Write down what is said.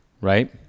right